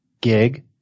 gig